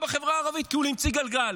בחברה הערבית כאילו הוא המציא גלגל.